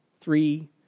three